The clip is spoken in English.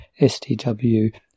SDW